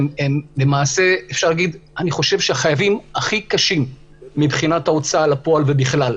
שלמעשה הם החייבים הכי קשים מבחינת ההוצאה לפועל ובכלל.